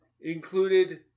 included